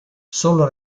solo